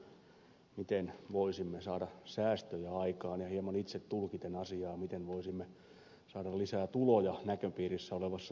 toivakan suulla miten voisimme saada säästöjä aikaan ja hieman itse tulkiten asiaa miten voisimme saada lisää tuloja näköpiirissä olevassa tulevaisuudessa